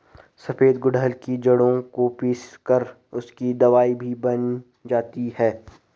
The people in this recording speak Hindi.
सफेद गुड़हल की जड़ों को पीस कर उसकी दवाई भी बनाई जाती है